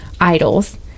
idols